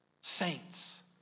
saints